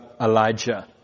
Elijah